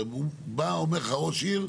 בא ואומר לך ראש עיר: